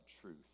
truth